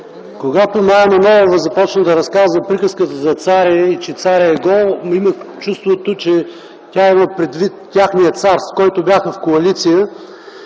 Когато Мая Манолова започна да разказва приказката за царя и че царят е гол, имах чувството, че тя има предвид техния цар, с който бяха в коалиция